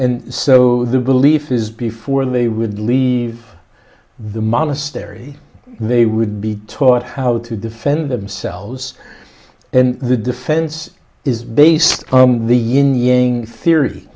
and so the belief is before they would leave the monastery they would be taught how to defend themselves and the defense is based on the